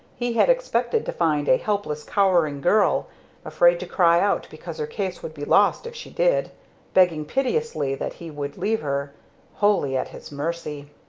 he had expected to find a helpless cowering girl afraid to cry out because her case would be lost if she did begging piteously that he would leave her wholly at his mercy.